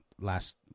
last